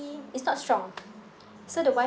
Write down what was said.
it's not strong so the wifi